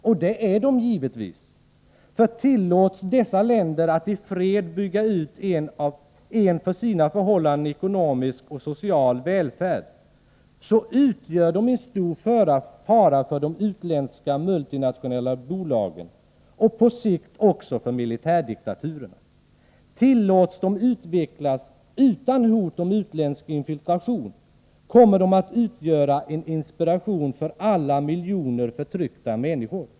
Och det är de givetvis, för tillåts dessa länder att i fred bygga ut en för sina förhållanden ekonomisk och social välfärd, så utgör de en stor fara för de utländska multinationella bolagen och på sikt också för militärdiktaturerna. Tillåts de utvecklas — utan hot om utländsk infiltration — kommer de att utgöra en inspiration för miljoner förtryckta människor.